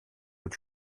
mit